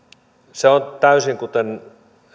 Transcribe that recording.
se on täysin kuten